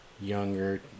younger